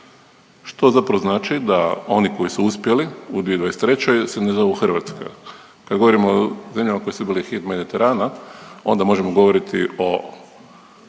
što zapravo znači da oni koji su uspjeli u 2023. se ne zovu Hrvatska. Kad govorimo o zemljama koje su bile hit Mediterana onda možemo govoriti o